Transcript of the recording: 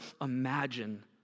imagine